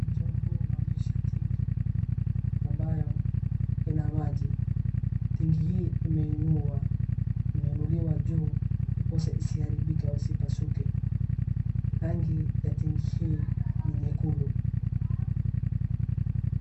Mchoro huu unaonyesha tenki ambayo ina maji. Tenki hii imeinua, imeinuliwa juu ndiposa isiharibike au isipasuke. Rangi ya tenki hii ni nyekundu.